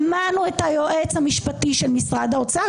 שמענו את היועץ המשפטי של משרד האוצר,